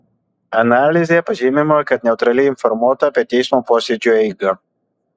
analizėje pažymima kad neutraliai informuota apie teismo posėdžių eigą